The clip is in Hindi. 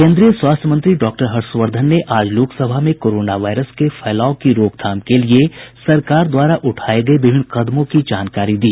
केन्द्रीय स्वास्थ्य मंत्री डॉक्टर हर्षवर्धन ने आज लोकसभा में कोरोना वायरस के फैलाव की रोकथाम के लिए सरकार द्वारा उठाये गये विभिन्न कदमों की जानकारी दी